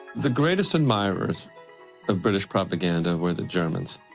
the greatest admirers of british propaganda were the germans.